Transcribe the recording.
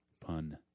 pun